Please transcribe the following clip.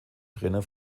trainer